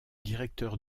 directeur